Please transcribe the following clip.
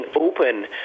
open